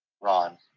Ron